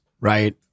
right